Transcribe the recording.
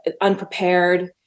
unprepared